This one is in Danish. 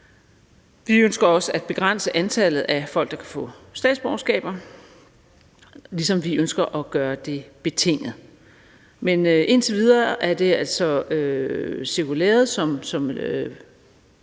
Vi ønsker også at begrænse antallet af folk, der kan få statsborgerskab, ligesom vi ønsker at gøre det betinget. Men indtil videre er det altså cirkulæret, som